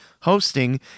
hosting